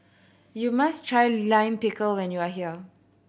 you must try Lime Pickle when you are here